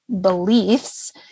beliefs